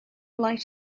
life